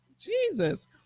Jesus